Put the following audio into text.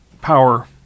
power